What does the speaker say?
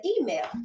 email